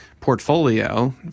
portfolio